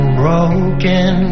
broken